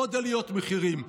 עוד עליות מחירים,